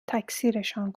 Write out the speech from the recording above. تکثیرشان